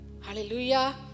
Hallelujah